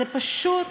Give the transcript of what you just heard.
זה פשוט